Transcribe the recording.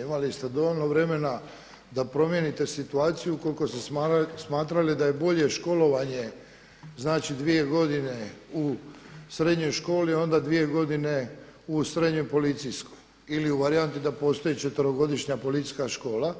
Imali ste dovoljno vremena da promijenite situaciju ukoliko ste smatrali da je bolje školovanje dvije godine u srednjoj školi onda dvije godine u srednjoj policijskoj ili u varijanti da postoji četverogodišnja policijska škola,